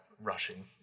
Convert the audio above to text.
rushing